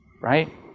Right